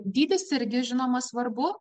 dydis irgi žinoma svarbu